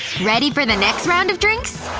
ready for the next round of drinks?